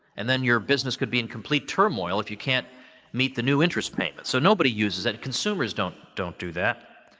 and then your business could be in complete turmoil if you can't meet the new interest payments. so nobody uses that. consumers don't don't do that.